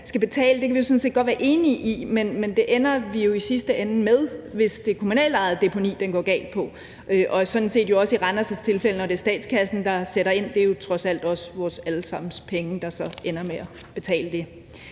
skal betale, kan vi sådan set godt være enige i, men det ender det jo i sidste ende med, hvis det er det kommunaltejede deponi, det går galt for. Og det gælder sådan set også i Randers Kommunes tilfælde, når det er statskassen, der sættes ind, for det er jo trods alt vores alle sammens penge, der så ender med at betale for